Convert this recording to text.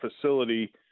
facility